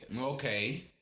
Okay